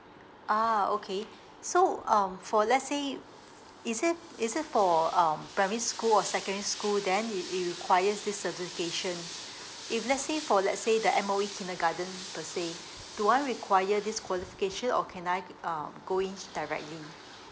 ah okay so um for let's say is it is it for um primary school or secondary school then it it requires this certification if let's say for let's say that M_O_E kindergarten per say do I require this qualification or can I uh go in directly